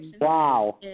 Wow